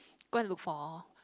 go and look for